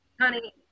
Honey